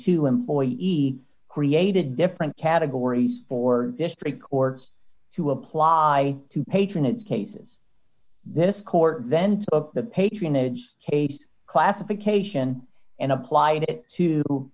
to employ the created different categories for district courts to apply to patronage cases this court vents of the patronage case classification and applied